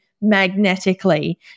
magnetically